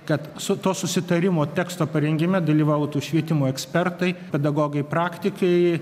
kad su to susitarimo teksto parengime dalyvautų švietimo ekspertai pedagogai praktikai